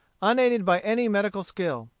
unaided by any medical skill.